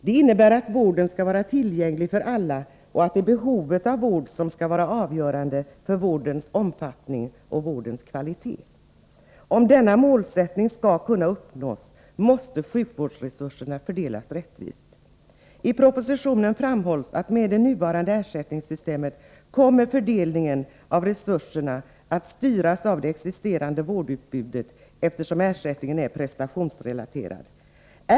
Det innebär att vården skall vara tillgänglig för alla och att behovet av vård skall vara avgörande för vårdens omfattning och kvalitet. Om denna målsättning skall kunna uppnås, måste sjukvårdsresurserna fördelas rättvist. I propositionen framhålls att med det nuvarande ersättningssystemet kommer fördelningen av resurserna att styras av det existerande vårdutbudet, eftersom ersättningen är prestationsrelaterad.